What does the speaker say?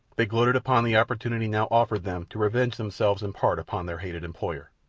they gloated upon the opportunity now offered them to revenge themselves in part upon their hated employer.